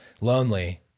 Lonely